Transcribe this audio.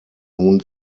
nun